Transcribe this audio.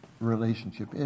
relationship